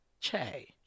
Che